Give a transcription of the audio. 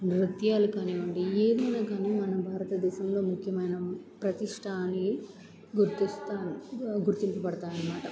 నృత్యాలు కానివ్వండి ఏదైనా కానీ మన భారతదేశంలో ముఖ్యమైన ప్రతిష్టా అని గుర్తిస్తా గుర్తింపుబడతాయనమాట